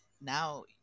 now